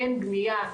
אין בנייה,